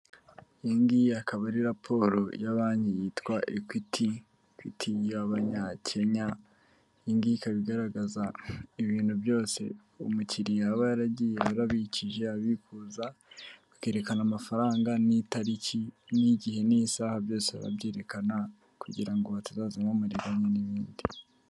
Iyi ngiyi akaba ari raporo ya banki yitwa ekwiti, ekwiti y'abanyakenya, iyi ngiyi ikaba igaragaza ibintu byose umukiriya aba yaragiye yarabikije abikuza, ikerekana amafaranga n'itariki n'igihe n'isaha byose barabyerekana kugira ngo hatazazamo amariganya n'ibindi.